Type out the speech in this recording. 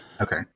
Okay